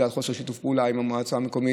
בגלל חוסר שיתוף פעולה עם המועצה המקומית.